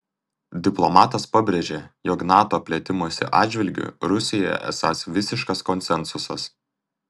diplomatas pabrėžė jog nato plėtimosi atžvilgiu rusijoje esąs visiškas konsensusas